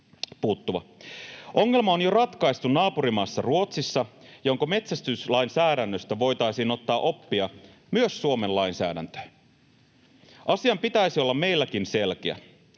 Ongelma on jo ratkaistu naapurimaassa Ruotsissa, jonka metsästyslainsäädännöstä voitaisiin ottaa oppia myös Suomen lainsäädäntöön. Asian pitäisi olla meilläkin selkeä.